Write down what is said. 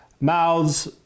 mouths